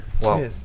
Cheers